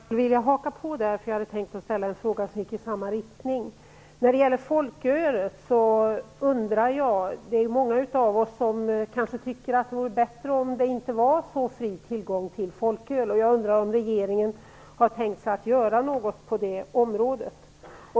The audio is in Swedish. Herr talman! Jag vill haka på här, eftersom jag hade tänkt att ställa en fråga i samma riktning. Det är många av oss som tycker att det vore bättre om det inte var så fri tillgång till folköl. Jag undrar om regeringen har tänkt sig att göra någonting på det området.